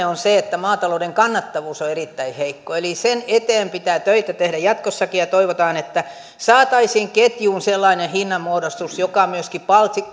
on se että maatalouden kannattavuus on erittäin heikko eli sen eteen pitää töitä tehdä jatkossakin ja toivotaan että saataisiin ketjuun sellainen hinnanmuodostus joka myöskin